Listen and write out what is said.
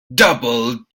double